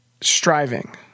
striving